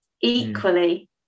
equally